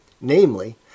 namely